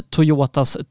Toyotas